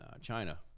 China